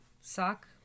sock